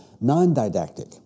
non-didactic